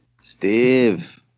Steve